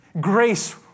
Grace